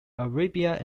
arabia